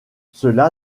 cela